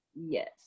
Yes